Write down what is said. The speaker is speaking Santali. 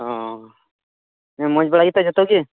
ᱦᱚᱸᱻ ᱢᱚᱡᱽ ᱵᱟᱲᱟᱜᱮᱛᱚ ᱡᱚᱛᱚᱜᱮ